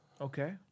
Okay